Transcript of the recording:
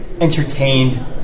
entertained